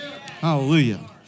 Hallelujah